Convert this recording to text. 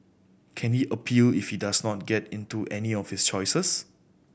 can he appeal if he does not get into any of his choices